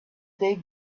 they